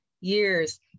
years